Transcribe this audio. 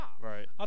Right